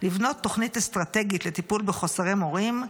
לבנות תוכנית אסטרטגית לטיפול בחוסרי מורים,